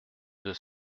deux